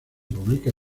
publica